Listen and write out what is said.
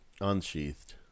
Unsheathed